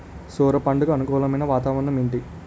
సొర పంటకు అనుకూలమైన వాతావరణం ఏంటి?